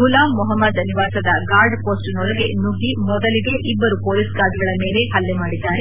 ಫುಲಾಮ್ ಮೊಹಮ್ನದ ನಿವಾಸದ ಗಾರ್ಡ್ ಪೋಸ್ಟೆನೊಳಗೆ ನುಗ್ಗಿ ಮೊದಲಿಗೆ ಇಬ್ಬರು ಪೊಲೀಸ್ ಗಾರ್ಡ್ಗಳ ಮೇಲೆ ಹಲ್ಲೆ ಮಾಡಿದ್ದಾರೆ